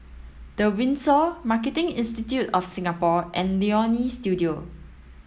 the Windsor Marketing Institute of Singapore and Leonie Studio